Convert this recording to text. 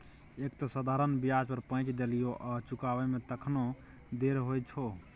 एक तँ साधारण ब्याज पर पैंच देलियौ आ चुकाबै मे तखनो देर होइ छौ